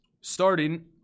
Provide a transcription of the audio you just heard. Starting